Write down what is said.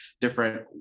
different